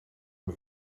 een